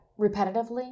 repetitively